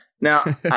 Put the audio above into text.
Now